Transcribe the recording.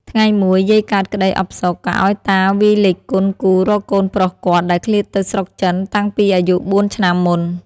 ថ្ងៃមួយ យាយកើតក្ដីអផ្សុក ក៏ឲ្យតាវាយលេខគន់គូររកកូនប្រុសគាត់ ដែលឃ្លាតទៅស្រុកចិនតាំងពីអាយុបួនឆ្នាំមុន ។